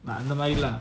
but nobody lah